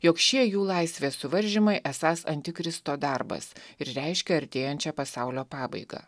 jog šie jų laisvės suvaržymai esąs antikristo darbas ir reiškia artėjančią pasaulio pabaigą